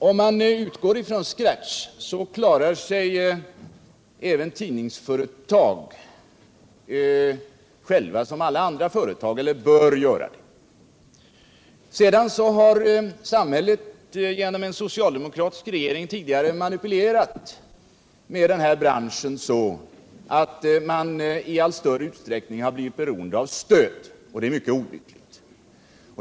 Om man utgår från scratch klarar sig även tidningsföretag, som alla andra företag, själva — eller bör göra det. Men samhället har genom en socialdemokratisk regering tidigare manipulerat med tidningsbranschen så att tidningsföretagen i allt större utsträckning har blivit beroende av stöd. Det är mycket olyckligt.